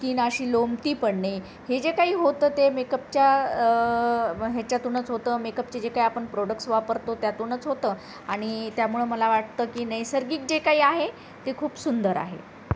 skin अशी लोंबती पडणे हे जे काही होतं ते मेकअपच्या हेच्यातूनच होतं मेकअपचे जे काही आपण प्रोडक्टस वापरतो त्यातूनच होतं आणि त्यामुळं मला वाटतं की नैसर्गिक जे काही आहे ते खूप सुंदर आहे